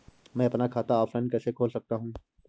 मैं अपना खाता ऑफलाइन कैसे खोल सकता हूँ?